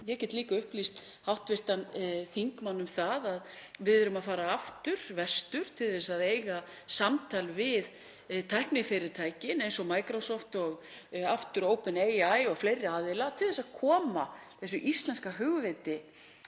Ég get líka upplýst hv. þingmann um það að við erum að fara aftur vestur til að eiga samtal við tæknifyrirtækin, eins og Microsoft og OpenAI, og fleiri aðila til þess að koma þessu íslenska hugviti